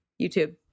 YouTube